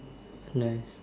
nice